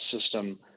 system